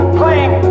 playing